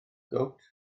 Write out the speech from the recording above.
gowt